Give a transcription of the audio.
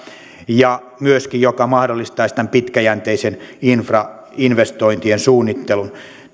joka myöskin mahdollistaisi tämän pitkäjänteisen infrainvestointien suunnittelun